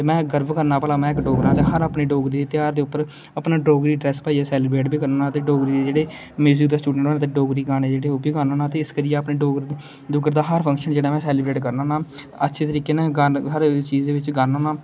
में गर्ब करना भला में इक डोगरा हा में हर इक डोगरा घ्यार दे उपर अपने डोगरी ड्रैस पाइयै सेलीबरेट बी करना ते अपने डोगरी गाने जेहडे़ ओह् बी गान्ना होन्ना डोगरी दा हर फंक्शन जेहड़ा में सेलीबरेट करना होन्नां अच्छे तरीके कन्नै हर चीज दे बिच गाना गान्ना होन्नां